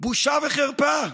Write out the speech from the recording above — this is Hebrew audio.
בושה וחרפה.